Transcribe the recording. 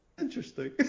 interesting